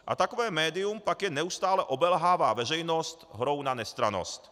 A takové médium pak jen neustále obelhává veřejnost hrou na nestrannost.